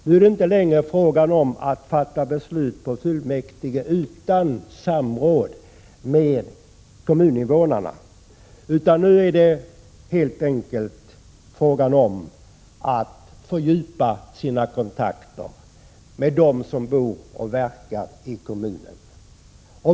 Nu är det inte längre fråga om att fatta beslut i fullmäktige utan samråd med kommuninvånarna, utan nu gäller det helt enkelt att fördjupa kontakterna med dem som bor och verkar i kommunen.